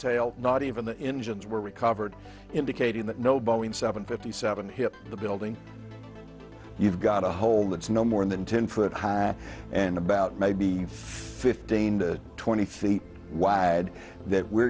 tail not even the engines were recovered indicating that no boeing seven fifty seven hit the building you've got a hole that's no more than ten foot high and about maybe fifteen to twenty feet wide that we're